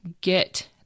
get